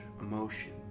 emotion